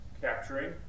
capturing